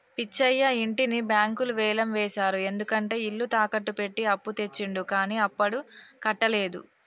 పిచ్చయ్య ఇంటిని బ్యాంకులు వేలం వేశారు ఎందుకంటే ఇల్లు తాకట్టు పెట్టి అప్పు తెచ్చిండు కానీ అప్పుడు కట్టలేదు